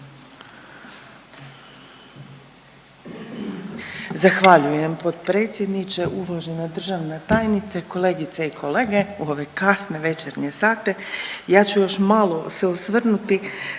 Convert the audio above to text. Zahvaljujem potpredsjedniče, uvažena državna tajnice, kolegice i kolege. U ove kasne večernje sate ja ću još malo se osvrnuti